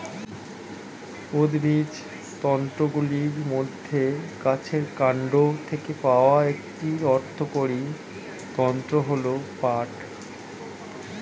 উদ্ভিজ্জ তন্তুগুলির মধ্যে গাছের কান্ড থেকে পাওয়া একটি অর্থকরী তন্তু হল পাট